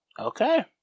okay